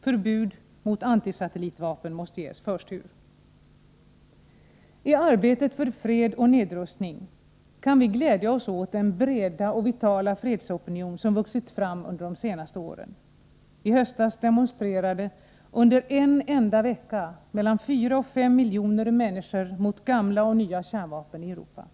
Förbud mot anti-satellitvapen måste ges förtur. I arbetet för fred och nedrustning kan vi glädjas åt den breda och vitala fredsopinion som vuxit fram under de senaste åren. I höstas demonstrerade under en enda vecka mellan 4 och 5 miljoner människor mot gamla och nya kärnvapen i Europa.